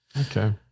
Okay